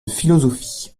philosophie